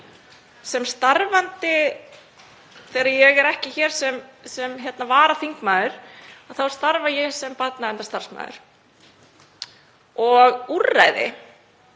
þess að þegar ég er ekki hér sem varaþingmaður þá starfa ég sem barnaverndarstarfsmaður og úrræði